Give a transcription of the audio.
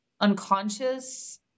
unconscious